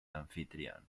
anfitrión